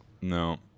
No